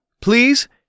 please